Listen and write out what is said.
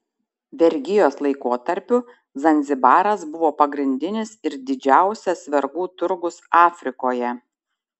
vergijos laikotarpiu zanzibaras buvo pagrindinis ir didžiausias vergų turgus afrikoje